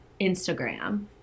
instagram